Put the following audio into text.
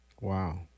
Wow